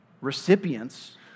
recipients